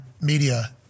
media